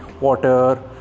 water